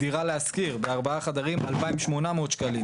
דירה להשכיר בארבעה חדרים 2,800 שקלים.